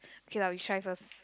okay lah we try first